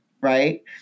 Right